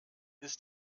ist